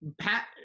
pat